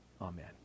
Amen